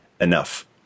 enough